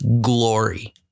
glory